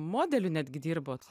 modeliu netgi dirbot